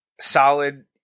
solid